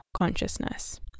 consciousness